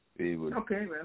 Okay